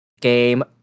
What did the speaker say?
game